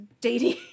dating